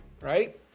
Right